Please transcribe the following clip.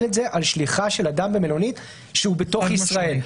את זה על שליחה של אדם למלונית כשהוא בתוך ישראל.